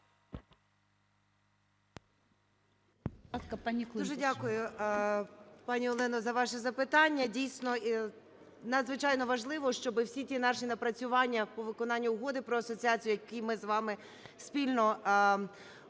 Дуже дякую, пані Олено, за ваше запитання. Дійсно, і надзвичайно важливо, щоби всі ті наші напрацювання по виконанню Угоди про асоціацію, які ми з вами спільно